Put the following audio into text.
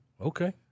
Okay